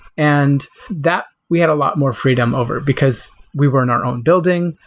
and that we had a lot more freedom over, because we were in our own building,